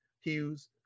Hughes